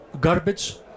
garbage